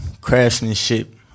craftsmanship